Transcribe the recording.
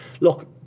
Look